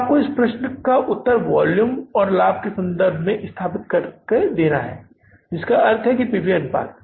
तो आपको इस प्रश्न का उत्तर वोल्यूम और लाभ के संबंध की स्थापना करके देना है जिसका अर्थ है पी वी अनुपात